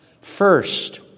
First